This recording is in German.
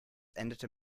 endete